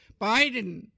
Biden